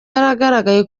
yagaragaye